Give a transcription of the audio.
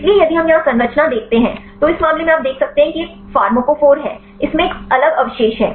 इसलिए यदि हम यहां संरचना देखते हैं तो इस मामले में आप देख सकते हैं यह फार्माकोफोर है इसमें एक अलग अवशेष हैं